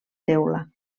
teula